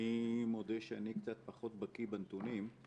אני מודה שאני קצת פחות בקיא בנתונים,